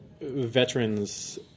veterans